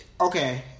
okay